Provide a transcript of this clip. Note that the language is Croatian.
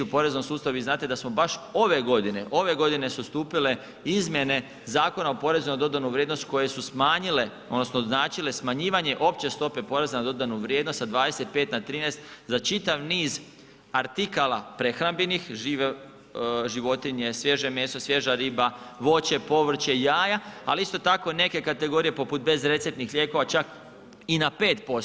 U poreznom sustavu vi znate da smo baš ove godine, ove godine su stupile Izmjene zakona o porezu na dodanu vrijednost koje su smanjile odnosno značile smanjivanje opće stope poreza na dodanu vrijednost sa 25 na 13 za čitav niz artikala prehrambenih, žive životinje, svježe meso, svježa riba, voće, povrće i jaja ali isto tako neke kategorije poput bez receptnih lijekova čak i na 5%